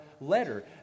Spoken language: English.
letter